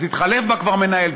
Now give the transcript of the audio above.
אז התחלף בה כבר מנהל,